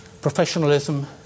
professionalism